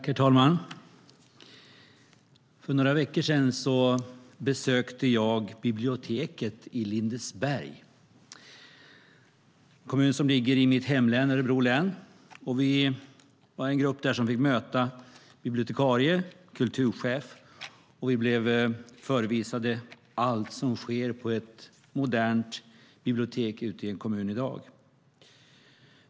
Herr talman! För några veckor sedan besökte jag biblioteket i Lindesberg. Det är en kommun som ligger i mitt hemlän, alltså Örebro län. Vi var en grupp som där fick möta bibliotekarie och kulturchef, och vi blev förevisade allt som sker på ett modernt bibliotek ute i en kommun i dag.